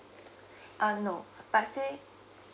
uh no but say